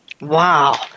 Wow